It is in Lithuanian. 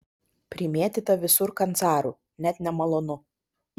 primėtyta visur kancarų net nemalonu